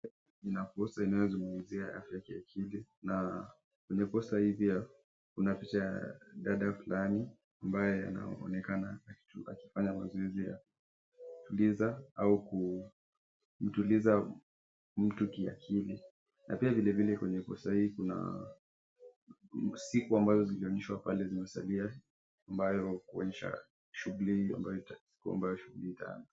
Kuna posta inayozugumzia afya ya kiakili na kwenye posta hii pia kuna picha ya dada fulani ambaye anayeonekna akifanya mazoezi ya kujituliza au kumtuliza mtu kiakili na pia vile vile kwenye posta hii kuna siku ambazo zimeonyeshwa pale zimesalia ambayo kuonyesha shuguli siku ambayo itafanyika.